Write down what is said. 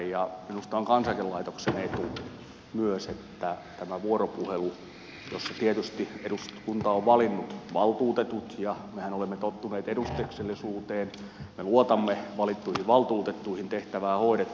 minusta on kansaneläkelaitoksen etu myös että on tämä vuoropuhelu jossa tietysti eduskunta on valinnut valtuutetut ja mehän olemme tottuneet edustuksellisuuteen me luotamme valittuihin valtuutettuihin tehtävää hoidetaan